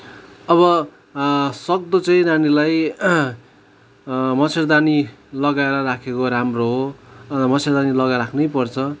अब सक्दो चाहिँ नानीलाई मच्छडदानी लगाएर राखेको राम्रो हो अन्त मच्छडदानी लगाएर राख्नैपर्छ